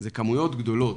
אלה כמויות גדולות.